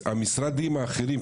למשרדים האחרים,